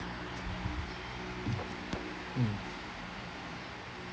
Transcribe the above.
mm